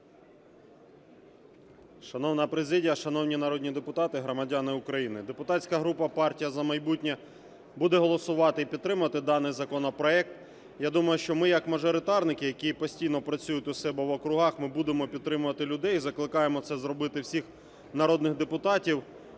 Шановна президія, шановні народні депутати, громадяни України, депутатська група "Партія "За майбутнє" буде голосувати і підтримувати даний законопроект. Я думаю, що ми як мажоритарники, які постійно працюють у себе в округах, ми будемо підтримувати людей і закликаємо це зробити всіх народних депутатів.